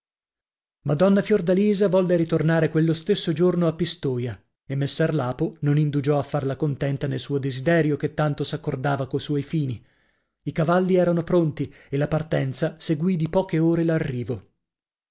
madonna fiordalisa volle ritornare quello stesso giorno a pistoia e messer lapo non indugiò a farla contenta nel suo desiderio che tanto s'accordava co suoi fini i cavalli erano pronti e la partenza seguì di poche ore l'arrivo